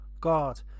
God